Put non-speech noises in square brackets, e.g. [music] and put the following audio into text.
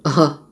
[noise]